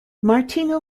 martino